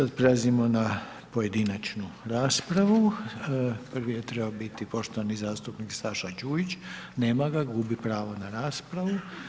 Sad prelazimo na pojedinačnu raspravu, prvi je trebao biti poštovani zastupnik Saša Đujić, nema ga, gubi pravo na raspravu.